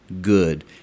good